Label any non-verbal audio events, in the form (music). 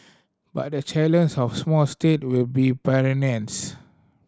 but the challenges of small state will be (unintelligible)